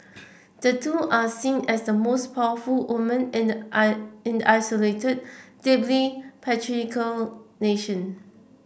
the two are seen as the most powerful women in the isolated deeply patriarchal nation